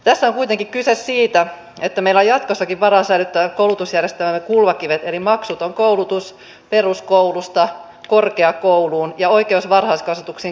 tässä on kuitenkin kyse siitä että meillä on jatkossakin varaa säilyttää koulutusjärjestelmämme kulmakivet eli maksuton koulutus peruskoulusta korkeakouluun ja oikeus varhaiskasvatukseen kaikilla lapsilla